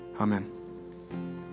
Amen